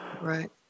Right